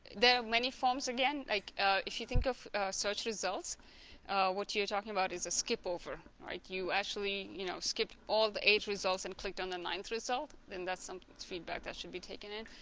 there are many forms again like if you think of search results what you're talking about is a skip over right you actually you know skipped all the eight results and clicked on the ninth result then that's some feedback that should be taken in